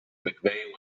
mcveigh